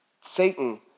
Satan